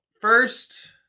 First